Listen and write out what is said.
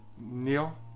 Neil